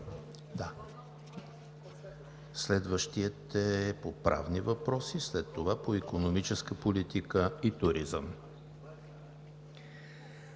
Следващата е по правните въпроси, а след това – по икономическа политика и туризъм.